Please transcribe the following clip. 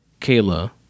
Kayla